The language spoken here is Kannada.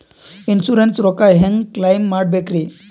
ಇನ್ಸೂರೆನ್ಸ್ ರೊಕ್ಕ ಹೆಂಗ ಕ್ಲೈಮ ಮಾಡ್ಬೇಕ್ರಿ?